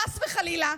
חס וחלילה,